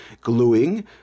gluing